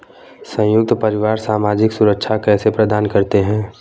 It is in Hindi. संयुक्त परिवार सामाजिक सुरक्षा कैसे प्रदान करते हैं?